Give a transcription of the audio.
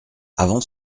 avant